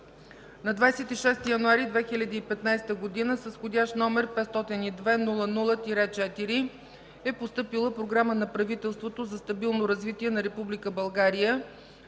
На 26 януари 2015 г. с вх. № 502-00-4 е постъпила Програма на правителството за стабилно развитие на Република България